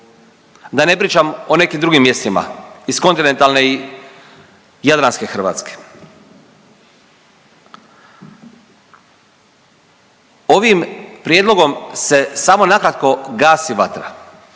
Da ne pričam o nekim drugim mjestima iz kontinentalne i jadranske Hrvatske. Ovim prijedlogom se samo nakratko gasi vatra